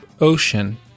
ocean